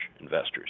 investors